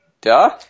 duh